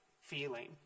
feeling